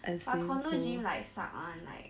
but condo gym like suck [one] like